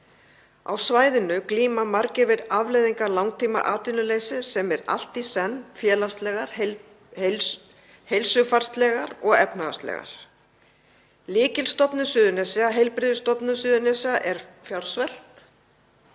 Á svæðinu glíma margir við afleiðingar langtímaatvinnuleysis sem eru allt í senn félagslegar, heilsufarslegar og efnahagslegar. Lykilstofnun Suðurnesja, Heilbrigðisstofnun Suðurnesja, er fjársvelt